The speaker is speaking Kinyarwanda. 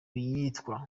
yitwa